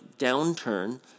downturn